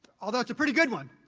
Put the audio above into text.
although it's a pretty good one!